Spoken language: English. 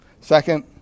Second